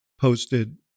posted